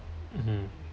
mm